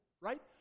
Right